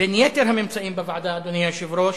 בין יתר הממצאים בוועדה, אדוני היושב-ראש,